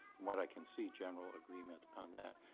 from what i can see, general agreement on that.